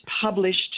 published